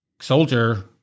soldier